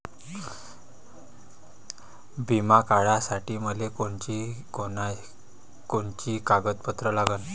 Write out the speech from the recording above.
बिमा काढासाठी मले कोनची कोनची कागदपत्र लागन?